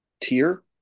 tier